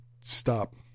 stop